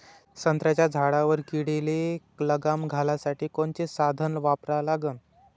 संत्र्याच्या झाडावर किडीले लगाम घालासाठी कोनचे साधनं वापरा लागन?